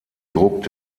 druck